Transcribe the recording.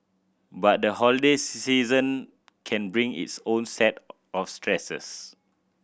but the holiday season can bring its own set of stresses